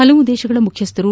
ಹಲವಾರು ದೇಶಗಳ ಮುಖ್ಯಸ್ದರು